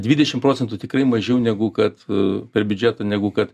dvidešim procentų tikrai mažiau negu kad a per biudžetą negu kad